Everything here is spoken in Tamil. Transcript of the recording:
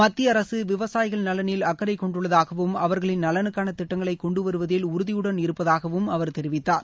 மத்திய அரசு விவசாயிகள் நலனில் அக்கறை கொண்டுள்ளதாகவும் அவர்களின் நலனுக்காள திட்டங்களை கொண்டு வருவதில் உறுதியுடன் இருப்பதாக அவர் தெரிவித்தார்